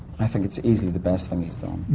i think it's easily the best thing he's done.